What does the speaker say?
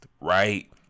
right